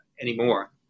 anymore